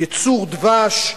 ייצור דבש,